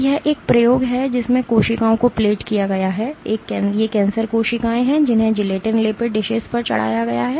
तो यह एक प्रयोग है जिसमें कोशिकाओं को प्लेट किया गया है ये कैंसर कोशिकाएं हैं जिन्हें जिलेटिन लेपित डिशेज पर चढ़ाया गया है